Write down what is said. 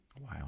wow